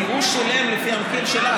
כי הוא שילם לפי המחיר של אז,